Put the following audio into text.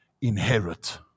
inherit